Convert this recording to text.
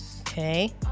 Okay